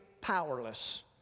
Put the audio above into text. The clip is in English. powerless